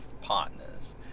partners